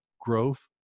growth